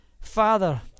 Father